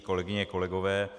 Kolegyně a kolegové.